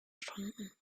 stunden